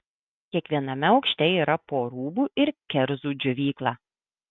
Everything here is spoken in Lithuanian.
kiekviename aukšte yra po rūbų ir kerzų džiovyklą